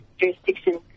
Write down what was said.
jurisdiction